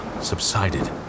subsided